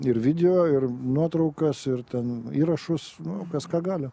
ir video ir nuotraukas ir ten įrašus nu kas ką gali